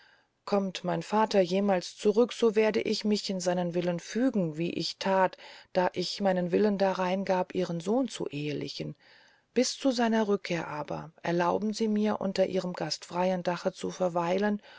kommt mein vater jemals zurück so werde ich mich in seinen willen fügen wie ich that da ich meinen willen darin gab ihren sohn zu ehelichen bis zu seiner rückkehr aber erlauben sie mir unter ihrem gastfreyen dache zu verweilen